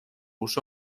uso